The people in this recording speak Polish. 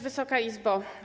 Wysoka Izbo!